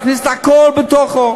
להכניס הכול בתוכו,